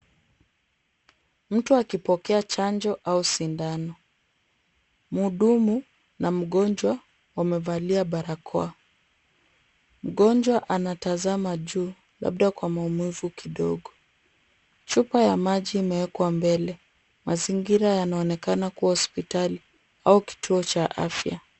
Mtu akipokea cha chanjo au sindano. Mhudumu na mgonjwa wamevalia barakoa. Mgonjwa anatazama juu labda kwa maumivu kidogo. Chupa ya maji yameekwa mbele. Mazingira yanaonekana kuwa hospitali au kituo cha afya.